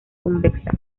convexa